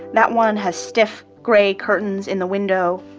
that one has stiff, gray curtains in the window,